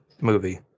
movie